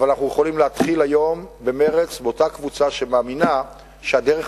אבל אנחנו יכולים להתחיל היום במרץ באותה קבוצה שמאמינה שהדרך